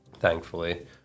thankfully